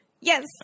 Yes